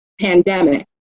pandemic